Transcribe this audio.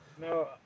No